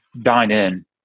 dine-in